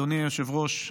אדוני היושב-ראש,